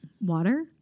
water